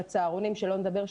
בצהרונים שלא נדבר,